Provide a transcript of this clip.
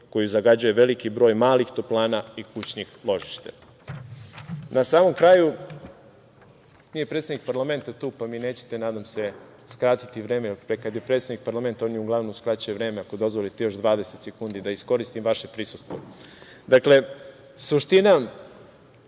koji zagađuje velik broj malih toplana i kućnih ložišta. Na samom kraju, nije predsednik parlamenta tu pa mi nećete nadam se, skratiti vreme, jer kad je predsednik parlamenta oni uglavnom skraćuju vreme, ako dozvolite još 20 sekundi da iskoristim vaše prisustvo. Dakle, suština